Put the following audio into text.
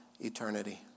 eternity